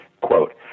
quote